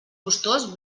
gustós